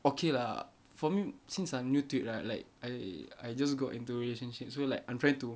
okay lah for me since I'm new to it lah like I I just got into a relationship so like I'm trying to